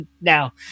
now